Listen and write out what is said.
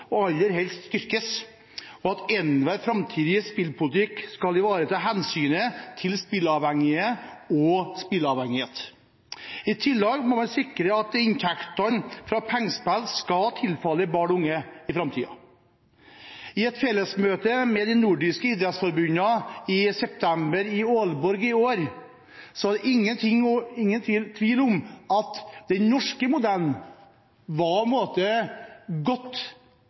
og aller helst styrkes, og at enhver framtidig spillpolitikk skal ivareta hensynet til spilleavhengige og spilleavhengighet. I tillegg må man sikre at inntektene fra pengespill skal tilfalle barn og unge i framtiden. I et fellesmøte med de nordiske idrettsforbundene i september i år i Ålborg var det ingen tvil om at den norske modellen var godt